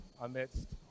amidst